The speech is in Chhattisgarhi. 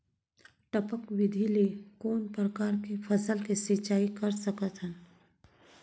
टपक विधि ले कोन परकार के फसल के सिंचाई कर सकत हन?